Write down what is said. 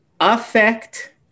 affect